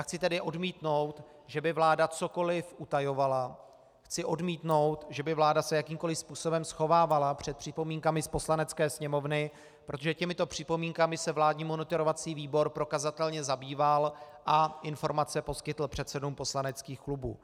Chci tedy odmítnout, že by vláda cokoliv utajovala, chci odmítnout, že by se vláda jakýmkoliv způsobem schovávala před připomínkami z Poslanecké sněmovny, protože těmito připomínkami se vládní monitorovací výbor prokazatelně zabýval a informace poskytl předsedům poslaneckých klubů.